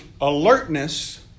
alertness